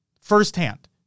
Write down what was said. firsthand